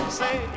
say